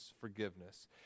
forgiveness